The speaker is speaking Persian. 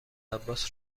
عباس